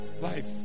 life